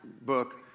book